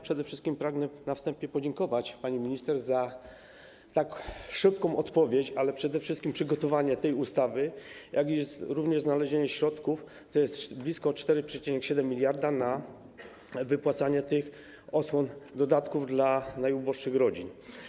Pragnę na wstępie podziękować pani minister za tak szybką odpowiedź, ale przede wszystkim za przygotowanie tej ustawy, jak również znalezienie środków, to jest blisko 4,7 mld, na wypłacanie osłon, dodatków dla najuboższych rodzin.